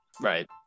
Right